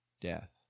death